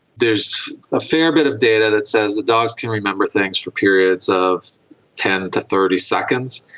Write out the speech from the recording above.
there's a fair bit of data that says that dogs can remember things for periods of ten to thirty seconds,